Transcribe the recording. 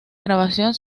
grabación